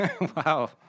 Wow